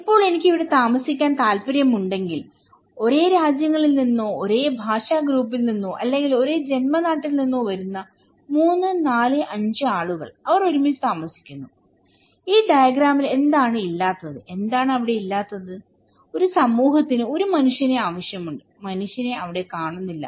ഇപ്പോൾ എനിക്ക് അവിടെ താമസിക്കാൻ താൽപ്പര്യമുണ്ടെങ്കിൽ ഒരേ രാജ്യങ്ങളിൽ നിന്നോ ഒരേ ഭാഷാ ഗ്രൂപ്പിൽ നിന്നോ അല്ലെങ്കിൽ ഒരേ ജന്മനാട്ടിൽ നിന്നോ വരുന്ന 3 4 5 ആളുകൾഅവർ ഒരുമിച്ച് താമസിക്കുന്നു ഈ ഡയഗ്രാമിൽ എന്താണ് ഇല്ലാത്തത് എന്താണ് അവിടെ ഇല്ലാത്തത് ഒരു സമൂഹത്തിന് ഒരു മനുഷ്യനെ ആവശ്യമുണ്ട് മനുഷ്യനെ അവിടെ കാണുന്നില്ല